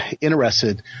interested